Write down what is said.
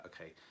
okay